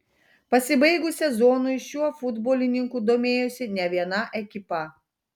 pasibaigus sezonui šiuo futbolininku domėjosi ne viena ekipa